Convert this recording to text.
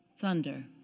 Thunder